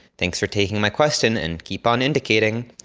thanks for taking my question, and keep on indicating.